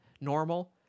normal